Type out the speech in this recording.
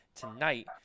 tonight